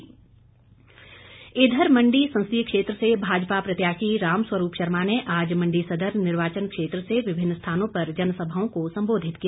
भाजपा प्रचार इधर मण्डी संसदीय क्षेत्र से भाजपा प्रत्याशी रामस्वरूप शर्मा ने आज मण्डी सदर निर्वाचन क्षेत्र से विभिन्न स्थानों पर जनसभाओं को सम्बोधित किया